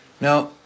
Now